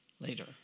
later